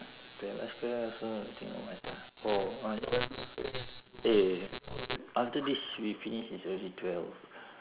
paya lebar square also I think not much ah oh you know eh after this we finish it's already twelve